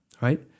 right